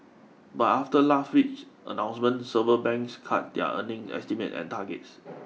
but after last week's announcement several banks cut their earnings estimates and targets